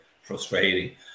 frustrating